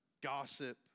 gossip